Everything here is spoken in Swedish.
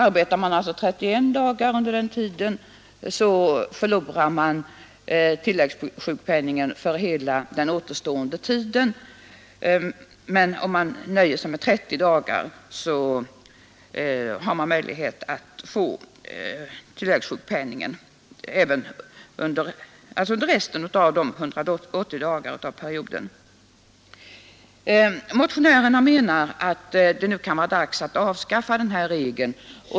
Arbetar man 31 dagar under denna tid förlorar man tilläggssjukpenningen för hela den återstående tiden, men om man nöjer sig med 30 dagar har man möjlighet att få till Motionärerna menar att det nu kan vara dags att avskaffa den här regeln.